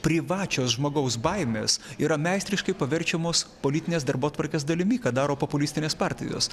privačios žmogaus baimės yra meistriškai paverčiamos politinės darbotvarkės dalimi ką daro populistinės partijos